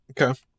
Okay